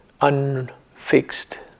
unfixed